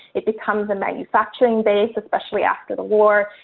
it becomes a manufacturing base, especially after the war.